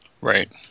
Right